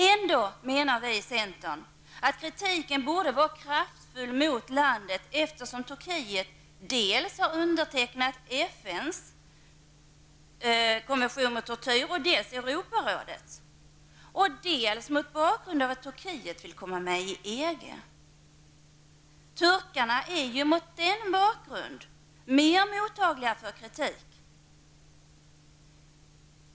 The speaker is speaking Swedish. Vi i centern menar ändå att kritiken mot Turkiet borde vara kraftfull, eftersom Turkiet har undertecknat dels FNs konvention mot tortyr, dels Europarådets konvention. Dessutom måste detta ses mot bakgrund av att Turkiet vill bli medlem i EG. Därför är turkarna mera mottagliga för kritik.